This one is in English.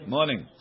Morning